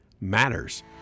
matters